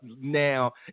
now